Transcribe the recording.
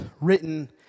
written